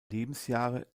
lebensjahre